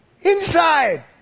inside